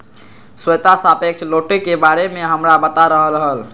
श्वेता सापेक्ष लौटे के बारे में हमरा बता रहले हल